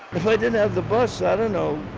if i didn't have the bus, i don't know.